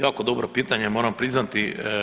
Jako dobro pitanje, moram priznati.